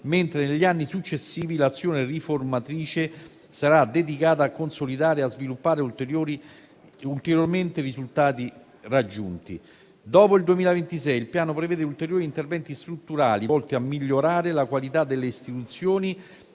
mentre negli anni successivi l'azione riformatrice sarà dedicata a consolidare e a sviluppare ulteriormente i risultati raggiunti. Dopo il 2026 il Piano prevede ulteriori interventi strutturali volti a migliorare la qualità delle istituzioni